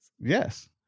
Yes